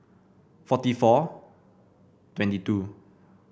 forty four twenty two